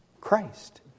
Christ